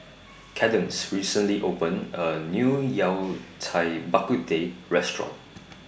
Cadence recently opened A New Yao Cai Bak Kut Teh Restaurant